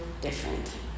different